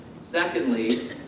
Secondly